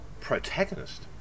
protagonist